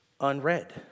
unread